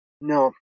no